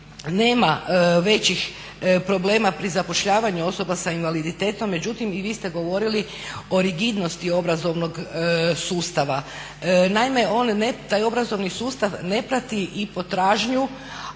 nema većih problema pri zapošljavanju osoba sa invaliditetom, međutim i vi ste govorili o rigidnosti obrazovnog sustava. Naime, on ne, taj obrazovni sustav ne prati i potražnju